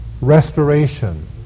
restoration